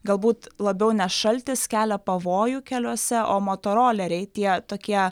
galbūt labiau ne šaltis kelia pavojų keliuose o motoroleriai tie tokie